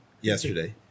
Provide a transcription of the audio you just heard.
Yesterday